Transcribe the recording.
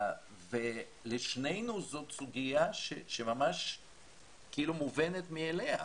ולשנינו זאת סוגיה שממש מובנת מאליה,